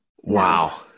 Wow